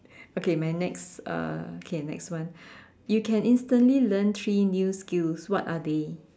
okay my next uh okay next one you can instantly learn three new skills what are they